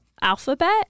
alphabet